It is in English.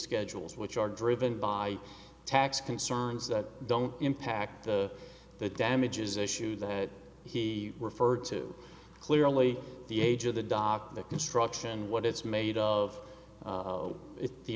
schedules which are driven by tax concerns that don't impact the damages issue that he referred to clearly the age of the dock the construction what it's made of